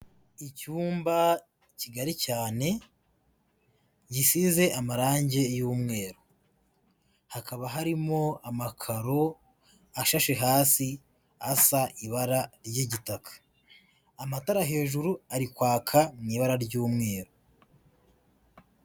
Icyumba kigari cyane gisize amarange y'umweru, hakaba harimo amakaro ashashe hasi asa ibara ry'igitaka, amatara hejuru ari kwaka mu ibara ry'umweru.